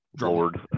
lord